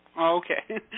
Okay